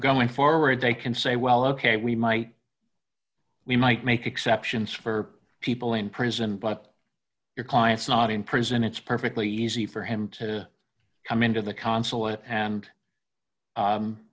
going forward they can say well ok we might we might make exceptions for people in prison but your client's not in prison it's perfectly easy for him to come into the consulate and